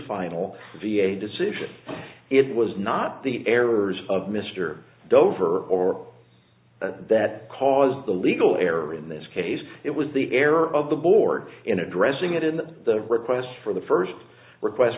final v a decision it was not the errors of mr dover or that caused the legal error in this case it was the error of the board in addressing it in the request for the first request